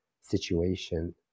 situation